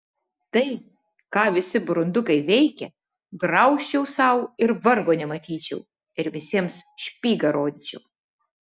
tai ką visi burundukai veikia graužčiau sau ir vargo nematyčiau ir visiems špygą rodyčiau